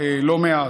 לא מעט: